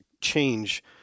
change